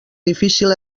difícil